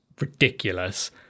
ridiculous